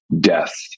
death